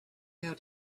out